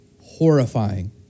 horrifying